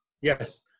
Yes